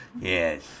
Yes